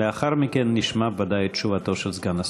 לאחר מכן נשמע ודאי את תשובתו של סגן השר.